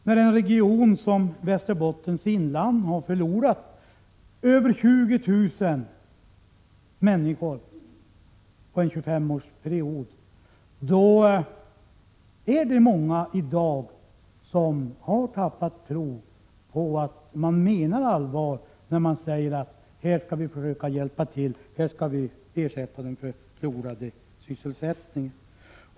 När en sådan region har förlorat över 20 000 människor på en tjugofemårsperiod, är det många som i dag har tappat tron på att man menar allvar när man säger att man skall försöka hjälpa till och ersätta den förlorade sysselsättningen.